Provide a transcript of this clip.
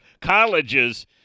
Colleges